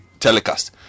telecast